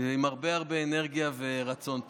עם הרבה הרבה אנרגיה ורצון טוב.